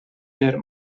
der